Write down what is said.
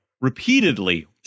Repeatedly